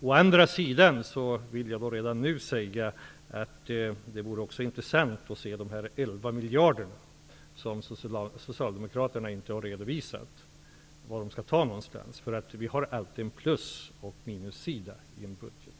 Å andra sidan vill jag redan nu säga att det vore intressant att se var dessa 11 miljarder som Socialdemokraterna inte har redovisat skall tas någonstans. Vi har alltid en plus och en minussida i vår budget.